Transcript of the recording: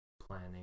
planning